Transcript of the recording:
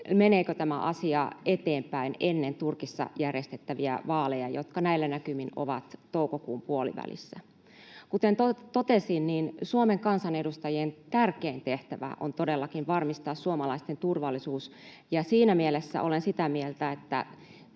meneekö tämä asia eteenpäin ennen Turkissa järjestettäviä vaaleja, jotka näillä näkymin ovat toukokuun puolivälissä. Kuten totesin, Suomen kansanedustajien tärkein tehtävä on todellakin varmistaa suomalaisten turvallisuus, ja siinä mielessä olen sitä mieltä, että